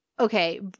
Okay